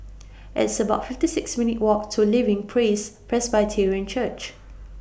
It's about fifty six minutes' Walk to Living Praise Presbyterian Church